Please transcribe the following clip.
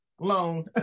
loan